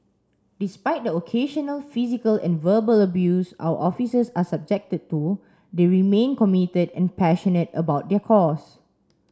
despite the occasional physical and verbal abuse our officers are subjected to they remain committed and passionate about their cause